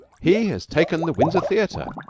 he has taken the windsor theater.